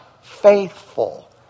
faithful